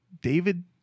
David